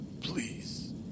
Please